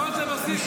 פריצה לבסיס צבאי.